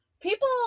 people